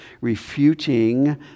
refuting